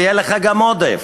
ויהיה לך גם עודף,